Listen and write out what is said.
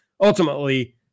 Ultimately